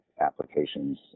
applications